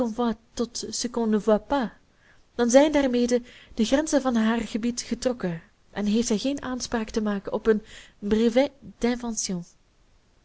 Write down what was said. pas dan zijn daarmede de grenzen van haar gebied getrokken en heeft zij geen aanspraak te maken op een